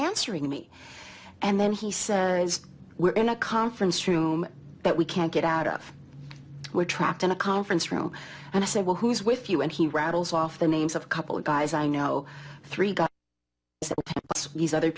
answering me and then he says we're in a conference room that we can't get out of we're trapped in a conference room and i said well who's with you and he rattles off the names of a couple of guys i know three got use other